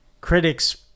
critics